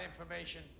information